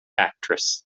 actress